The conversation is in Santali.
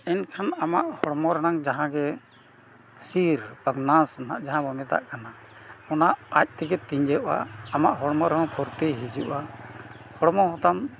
ᱮᱱᱠᱷᱟᱱ ᱟᱢᱟᱜ ᱦᱚᱲᱢᱚ ᱨᱮᱱᱟᱝ ᱡᱟᱦᱟᱸ ᱜᱮ ᱥᱤᱨ ᱵᱟᱝ ᱱᱟᱥ ᱱᱟᱦᱟᱸᱜ ᱡᱟᱦᱟᱸ ᱵᱚᱱ ᱢᱮᱛᱟᱜ ᱠᱟᱱᱟ ᱚᱱᱟ ᱟᱡ ᱛᱮᱜᱮ ᱛᱤᱸᱡᱟᱹᱜᱼᱟ ᱟᱢᱟᱜ ᱦᱚᱲᱢᱚ ᱨᱮᱦᱚᱸ ᱯᱷᱩᱨᱛᱤ ᱦᱤᱡᱩᱜᱼᱟ ᱦᱚᱲᱢᱚ ᱦᱚᱸᱛᱟᱢ